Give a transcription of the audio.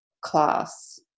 class